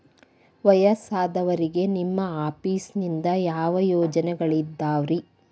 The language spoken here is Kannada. ವಯಸ್ಸಾದವರಿಗೆ ನಿಮ್ಮ ಆಫೇಸ್ ನಿಂದ ಯಾವ ಯೋಜನೆಗಳಿದಾವ್ರಿ?